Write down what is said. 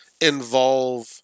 involve